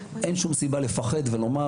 אין שום סיבה לפחד ולומר: